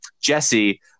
Jesse